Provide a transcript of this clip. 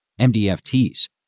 MDFTs